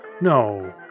No